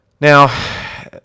Now